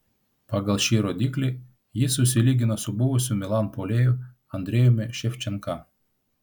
pagal šį rodiklį jis susilygino su buvusiu milan puolėju andrejumi ševčenka